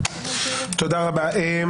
תודה רבה.